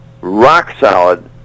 rock-solid